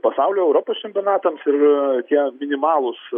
pasaulio europos čempionatams ir tie minimalūs